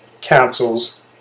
councils